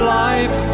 life